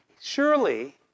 surely